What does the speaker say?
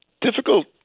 Difficult